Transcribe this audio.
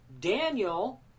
Daniel